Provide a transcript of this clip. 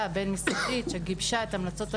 הבין-משרדית שגיבשה את המלצות המדיניות,